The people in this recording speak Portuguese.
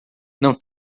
não